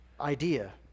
idea